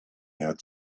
had